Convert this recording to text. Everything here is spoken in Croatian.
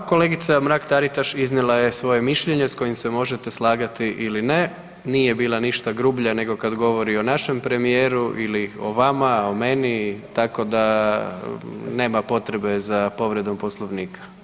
Pa kolegica Mrak TAritaš iznijela je svoje mišljenje s kojim se možete slagati ili ne, nije bila ništa grublja kad govori o našem premijeru ili o vama, o meni tako da nema potrebe za povredom poslovnika.